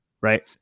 right